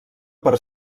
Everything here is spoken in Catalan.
per